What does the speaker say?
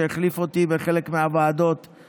שהחליף אותי בחלק מישיבות,